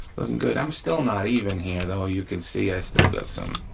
good. i'm still not even here though. you can see i've still got some